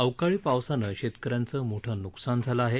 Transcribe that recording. अवकाळी पावसानं शेतकऱ्यांचं मोठं नुकसान झालं आहे